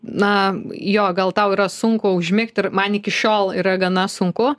na jo gal tau yra sunku užmigt ir man iki šiol yra gana sunku